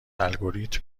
الگوریتم